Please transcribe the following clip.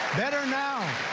better now.